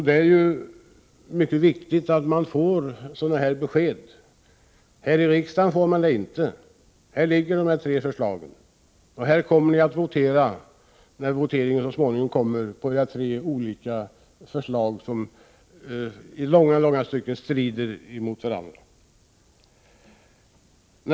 Det är ju mycket viktigt att de får besked. Här i riksdagen får vi det inte. Här ligger de tre förslagen, och ni kommer så småningom att votera för era tre olika förslag, som i långa långa stycken strider mot varandra.